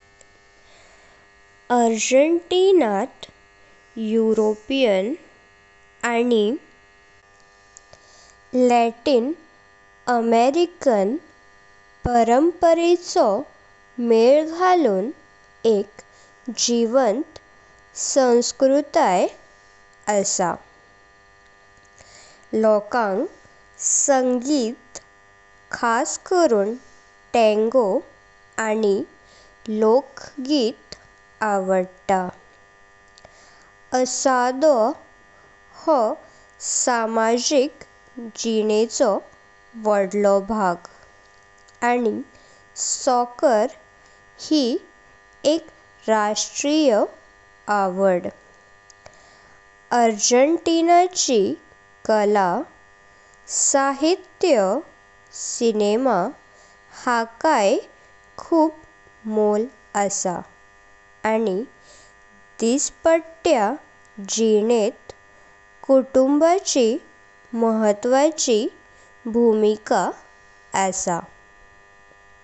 अर्जेण्टिनात यूरोपीय आनि लातिन अमेरिकन परम्परेचो मळ घाळून एक जीवंत संस्कृताय असा। लोकांक संगीत खास करून टांगो आनि लोकगीत आवडता। असाडो हो सामाजिक जीनेचो व्हडलो भाग आनि सॉकर हे एक राष्ट्रीय आवड। अर्जेण्टिनाची कला, साहित्य, सिनेमा, हाकई खुब मोल असा आनि दिपाटया जिणेत कुटुंबाची महत्वाची भूमिका असा।